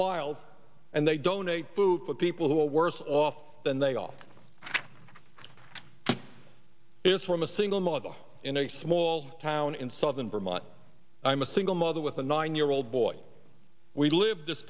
miles and they donate food for people who are worse off than they all is from a single mother in a small town in southern vermont i'm a single mother with a nine year old boy we live